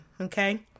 Okay